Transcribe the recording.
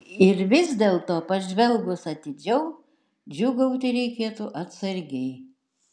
ir vis dėlto pažvelgus atidžiau džiūgauti reikėtų atsargiai